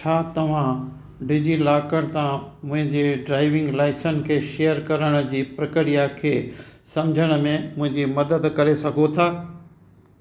छा तव्हां डिजिलॉकर तां मुंहिंजे ड्राइविंग लाइसन खे शेयर करण जी प्रक्रिया खे सम्झण में मुंहिंजी मदद करे सघो था